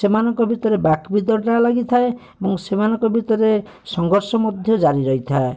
ସେମାନଙ୍କ ଭିତରେ ଲାଗିଥାଏ ଏବଂ ସେମାନଙ୍କ ଭିତରେ ସଂଘର୍ଷ ମଧ୍ୟ ଜାରି ରହିଥାଏ